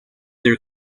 their